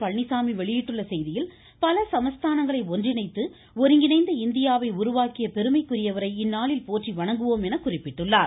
பழனிசாமி வெளியிட்டுள்ள செய்தியில் பல சமஸ்தானங்களை ஒன்றிணைத்து ஒருங்கிணைந்த இந்தியாவை உருவாக்கிய பெருமைக்குரியவரை இந்நாளில் போற்றி வணங்குவோம் என தெரிவித்துள்ளார்